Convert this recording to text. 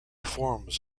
forms